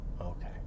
Okay